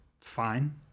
fine